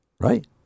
right